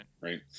right